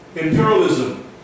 imperialism